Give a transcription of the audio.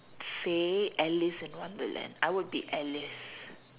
say Alice in Wonderland I would be Alice